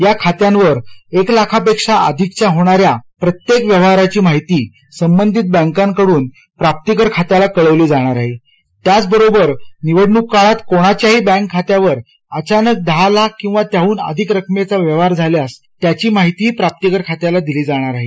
या खात्यांवर एक लाखापेक्षा अधिकच्या होणाऱ्या प्रत्येक व्यवहाराची माहिती संबंधित बॅकांकडून प्राप्तिकर खात्याला कळवली जाणार आहे त्याचबरोबर निवडणुक काळात कोणाच्याही बँक खात्यावर अचानक दहा लाख किंवा त्याहून अधिक रकमेचा व्यवहार झाल्यास त्याची माहितीही प्राप्तिकर खात्याला दिली जाणार आहे